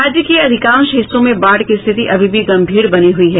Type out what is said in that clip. राज्य के अधिकांश हिस्सों में बाढ़ की स्थिति अभी भी गंभीर बनी हुई है